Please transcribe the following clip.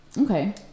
Okay